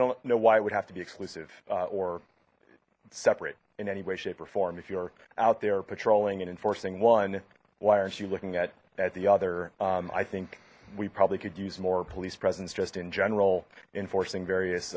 don't know why it would have to be exclusive or separate in any way shape or form if you're out there patrolling and enforcing one why aren't you looking at that the other i think we probably could use more police presence just in general enforcing various